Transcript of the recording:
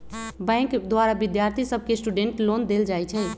bank द्वारा विद्यार्थि सभके स्टूडेंट लोन देल जाइ छइ